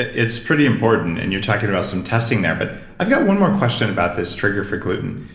it's pretty important, and you're talking about some testing there, but i've got one more question about this trigger for gluten.